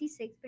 56%